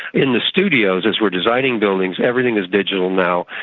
in the studios, as we are designing buildings, everything is digital now.